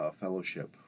fellowship